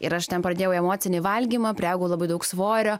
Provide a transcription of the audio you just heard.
ir aš ten pradėjau emocinį valgymą priaugau labai daug svorio